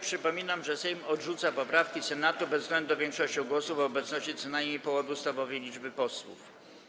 Przypominam, że Sejm odrzuca poprawki Senatu bezwzględną większością głosów w obecności co najmniej połowy ustawowej liczby posłów.